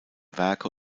werke